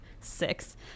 six